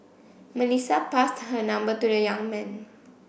Melissa passed her number to the young man